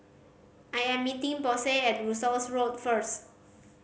I am meeting Posey at Russels Road first